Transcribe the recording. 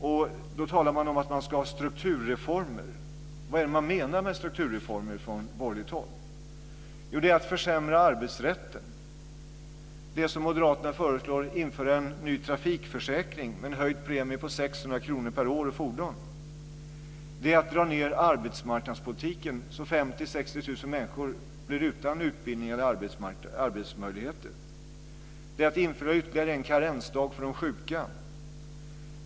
Där talar man om att man ska ha strukturreformer. Vad menar man med strukturreformer från borgerligt håll? Jo, det är att försämra arbetsrätten. Moderaterna föreslår att man ska införa en ny trafikförsäkring med en höjd premie på 600 kr per år och fordon. Det är att dra ned arbetsmarknadspolitiken så att 50 000-60 000 människor blir utan utbildning eller arbetsmöjligheter. Det är att införa ytterligare en karensdag för de sjuka.